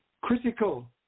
critical